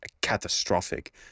catastrophic